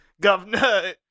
Governor